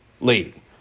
lady